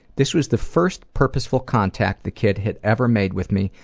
this was the first purposeful contact the kid had ever made with me,